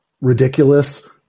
ridiculous